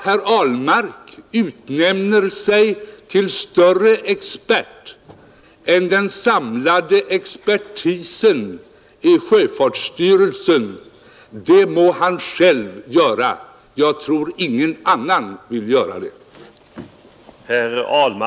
Herr Ahlmark utnämner sig till större expert än den samlade expertisen i sjöfartsstyrelsen — det må han själv göra, men jag tror inte att någon annan gör det.